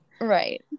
right